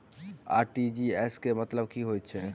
RTGS केँ मतलब की हएत छै?